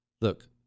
Look